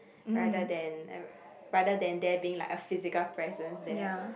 rather than uh rather than there being like a physical presence there